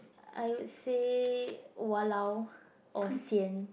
I would say walao or sian